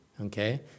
okay